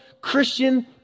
Christian